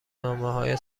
نامههای